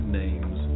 names